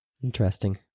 Interesting